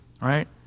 right